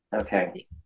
Okay